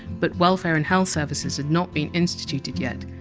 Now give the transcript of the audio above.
but welfare and health services had not been instituted yet.